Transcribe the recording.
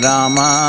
Rama